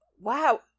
Wow